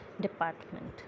department